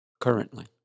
currently